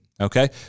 Okay